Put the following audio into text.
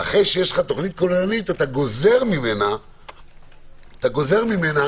ואז אתה גוזר ממנה